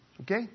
Okay